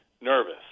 nervous